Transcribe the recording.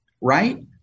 right